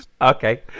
Okay